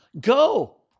Go